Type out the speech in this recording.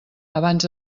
abans